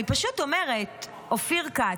אני פשוט אומרת, אופיר כץ,